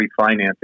refinancing